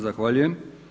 Zahvaljujem.